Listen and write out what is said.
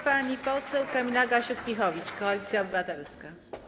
Pani poseł Kamila Gasiuk-Pihowicz, Koalicja Obywatelska.